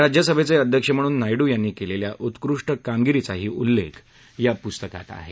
राज्यसभेचे अध्यक्ष म्हणून नायडू यांनी केलेल्या उत्कृष्ट कामगिरीचाही उल्लेख या पुस्तकात केला आहे